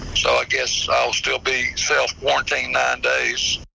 so i guess i'll still be self watching nine days.